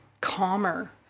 calmer